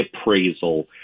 appraisal